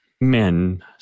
men